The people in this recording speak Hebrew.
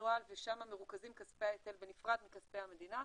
שמנוהל ושם מרוכזים כספי ההיטל בנפרד מכספי המדינה,